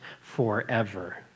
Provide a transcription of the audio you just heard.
forever